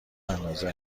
اندازه